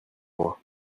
moi